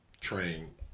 train